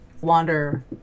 wander